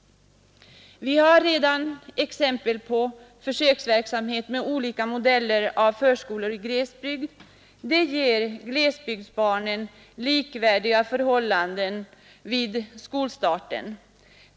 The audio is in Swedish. Vi har redan exempel på försöksverksamhet med olika modeller av förskolor i glesbygd. Det ger glesbygdsbarnen likvärdiga förhållanden vid skolstarten.